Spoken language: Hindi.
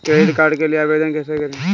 क्रेडिट कार्ड के लिए आवेदन कैसे करें?